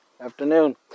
Afternoon